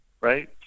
right